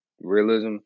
realism